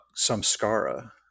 samskara